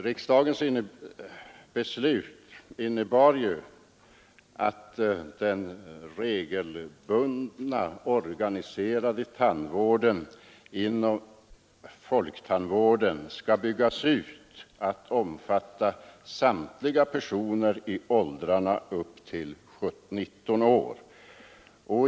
Riksdagsbeslutet innebär att den regelbundna, organiserade tandvården inom folktandvården skall byggas ut till att omfatta samtliga personer i åldrarna upp till 19 år.